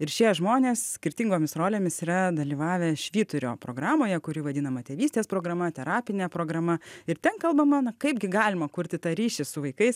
ir šie žmonės skirtingomis rolėmis yra dalyvavę švyturio programoje kuri vadinama tėvystės programa terapine programa ir ten kalbama na kaip gi galima kurti tą ryšį su vaikais